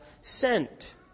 sent